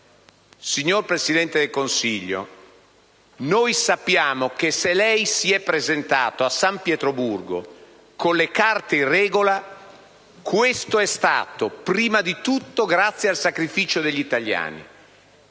Signor Presidente del Consiglio, noi sappiamo che se lei si è presentato a San Pietroburgo con le carte in regola, questo è stato prima di tutto grazie al sacrificio degli italiani